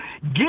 Get